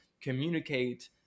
communicate